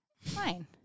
Fine